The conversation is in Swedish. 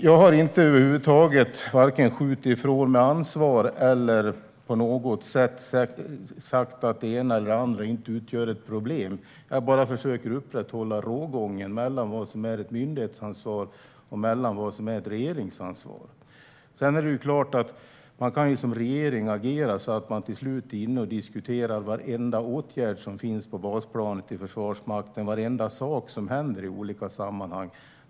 Jag har inte över huvud taget skjutit ifrån mig ansvar eller på något sätt sagt att det ena eller det andra inte utgör ett problem. Jag försöker bara upprätthålla rågången mellan vad som är ett myndighetsansvar och vad som är ett regeringsansvar. Sedan är det klart att man som regering kan agera så att man till slut är inne och diskuterar varenda åtgärd som finns på basplanet i Försvarsmakten och varenda sak som händer i olika sammanhang.